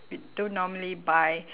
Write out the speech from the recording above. we don't normally buy